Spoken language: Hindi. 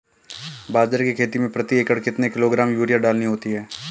बाजरे की खेती में प्रति एकड़ कितने किलोग्राम यूरिया डालनी होती है?